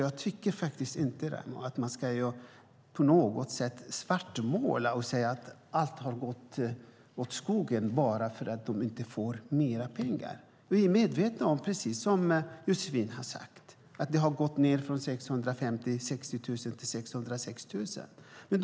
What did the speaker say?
Jag tycker inte att man på något sätt ska svartmåla och säga att allt har gått åt skogen bara för att Arbetsmiljöverket inte får mer pengar. Vi är, precis som Josefin har sagt, medvetna om att anslaget har gått ned från 656 000 till 606 000 kronor.